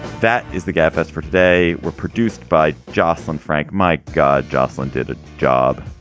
that is the gap. as for today, we're produced by jocelyn frank. my god, jocelyn did a job.